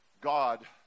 God